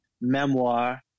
memoir